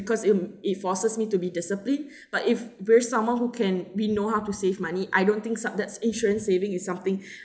because it it forces me to be disciplined but if we're someone who can we know how to save money I don't think some that insurance saving is something